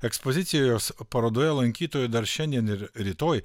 ekspozicijos parodoje lankytojų dar šiandien ir rytoj